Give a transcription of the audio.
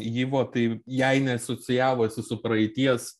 yvo tai jai neasocijavosi su praeities